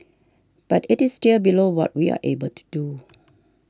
but it is still below what we are able to do